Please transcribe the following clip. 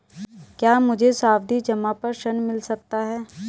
क्या मुझे सावधि जमा पर ऋण मिल सकता है?